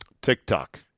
TikTok